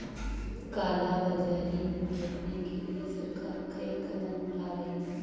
काला बाजारी रोकने के लिए सरकार कई कदम उठा रही है